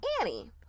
Annie